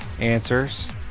answers